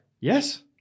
Yes